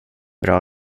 bra